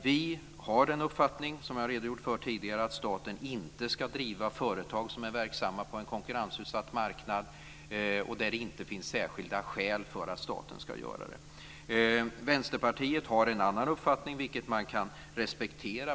Vi har den uppfattningen, som jag har redogjort för tidigare, att staten inte ska driva företag som är verksamma på en konkurrensutsatt marknad och där det inte finns särskilda skäl för att staten ska göra det. Vänsterpartiet har en annan uppfattning, vilket man kan respektera.